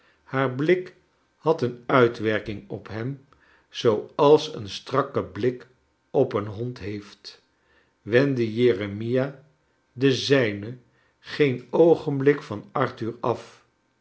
haar blik had een uitwerking op hem zooals een strakke blik op een hond heeft wendde jeremia de zijne goen oogenblik van arthur af